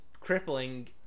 crippling